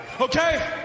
okay